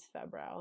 febrile